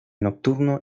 nocturno